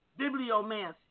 Bibliomancy